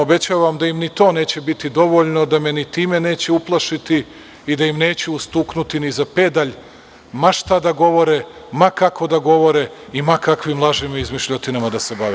Obećavam vam da im ni to neće biti dovoljno, da me ni time neće uplašiti i da im neću ustuknuti ni za pedalj ma šta da govore, ma kako da govore i ma kakvim lažima i izmišljotinama da se bave.